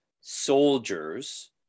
soldiers